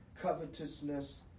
covetousness